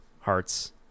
hearts